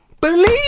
Believe